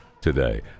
today